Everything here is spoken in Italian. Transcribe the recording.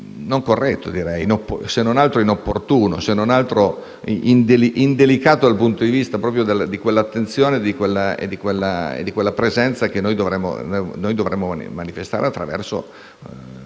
non corretto o se non altro inopportuno e indelicato dal punto di vista di quella attenzione e di quella presenza che noi dovremmo manifestare attraverso